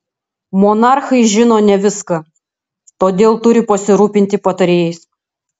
monarchai žino ne viską todėl turi pasirūpinti patarėjais